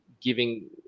giving